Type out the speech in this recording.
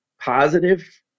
positive